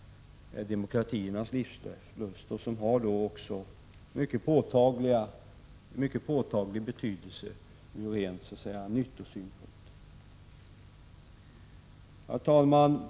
Den debatten är ju också ett uttryck för demokratiernas livslust och har en mycket påtaglig betydelse ur ren nyttosynpunkt. Herr talman!